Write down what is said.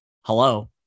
hello